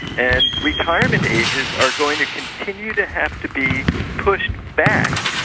and retirement ages are going to continue to have to be pushed back,